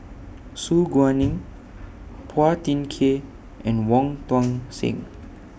Su Guaning Phua Thin Kiay and Wong Tuang Seng